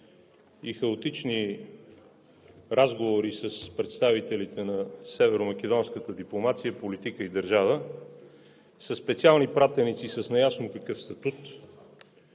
и хаотични разговори с представителите на северномакедонската дипломация, политика и държава, със специални пратеници, с неясно какъв статут,